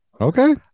Okay